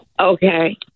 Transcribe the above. Okay